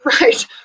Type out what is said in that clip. right